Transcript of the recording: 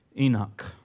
Enoch